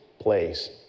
place